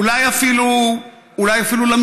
אולי אפילו למשפחות,